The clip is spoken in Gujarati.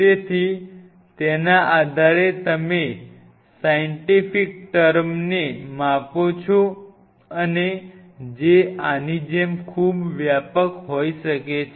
તેથી તેના આધારે તમે સાઇન્ટિફિક ટર્મ ને માપો છો જે આની જેમ ખૂબ વ્યાપક હોઈ શકે છે